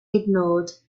ignored